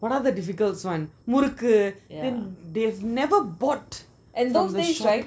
what are the difficult ones murukku they never bought them in a shop